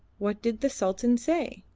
what did the sultan say?